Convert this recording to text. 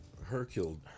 Hercule